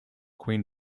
queen